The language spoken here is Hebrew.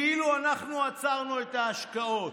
כאילו אנחנו עצרנו את ההשקעות.